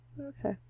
Okay